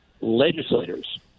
legislators